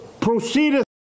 proceedeth